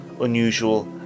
unusual